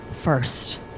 first